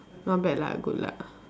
not bad lah good luck